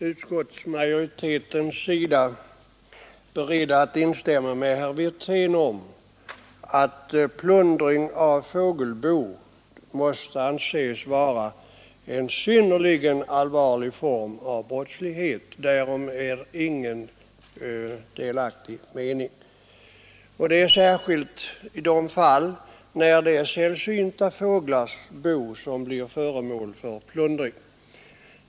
Utskottsmajoriteten är beredd att hålla med herr Wirtén om att plundring av Ibo måste anses vara en synnerligen allvarlig form av brottslighet — därom råder inga delade meningar — särskilt i de fall då det är sällsynta fåglars bon som blir föremål för plundring.